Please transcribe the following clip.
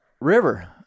River